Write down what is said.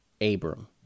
Abram